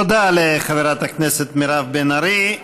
תודה לחברת הכנסת מירב בן ארי.